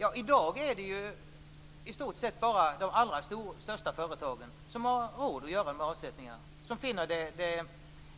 Jo, i dag är det ju i stort sett bara de allra största företagen som har råd att göra dessa avsättningar och som finner